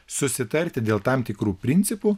susitarti dėl tam tikrų principų